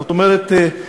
זאת אומרת,